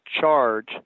charge